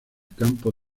campo